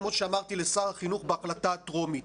כמו שאמרתי לשר החינוך בהחלטה הטרומית,